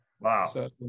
Wow